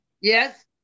Yes